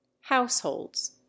households